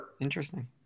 Interesting